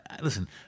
listen